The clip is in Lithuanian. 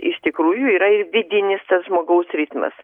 iš tikrųjų yra ir vidinis tas žmogaus ritmas